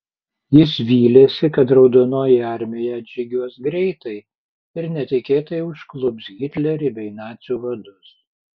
jis vylėsi kad raudonoji armija atžygiuos greitai ir netikėtai užklups hitlerį bei nacių vadus